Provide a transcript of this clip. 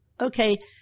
okay